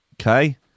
Okay